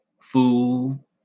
fool